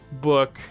book